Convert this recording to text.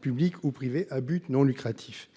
public ou privé à but non lucratif.